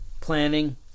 planning